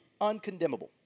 uncondemnable